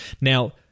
Now